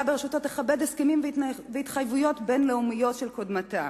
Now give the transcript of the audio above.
בראשותו תכבד הסכמים והתחייבויות בין-לאומיים של קודמתה.